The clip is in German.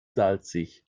salzig